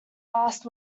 last